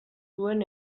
zuen